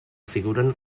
figuren